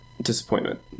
Disappointment